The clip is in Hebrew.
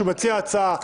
שהוא מציע ההצעה,